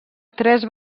tres